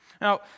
Now